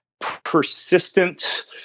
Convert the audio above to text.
persistent